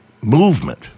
movement